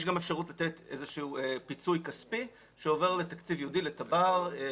יש גם אפשרות לתת איזשהו פיצוי כספי שעובר לתקציב ייעודי,